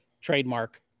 Trademark